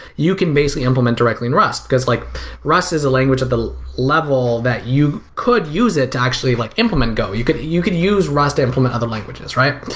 you can basically implement directly in rust because like rust is a language of the level that you could use it to actually like implement go, you could you could use rust to implement other languages, right?